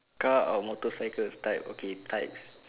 car or motorcycle types okay type